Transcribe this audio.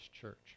church